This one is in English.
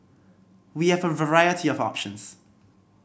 we have a variety of options